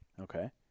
Okay